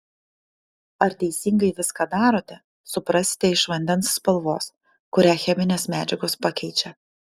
ar teisingai viską darote suprasite iš vandens spalvos kurią cheminės medžiagos pakeičia